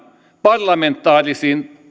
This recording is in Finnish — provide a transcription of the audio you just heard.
parlamentaarisen